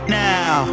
now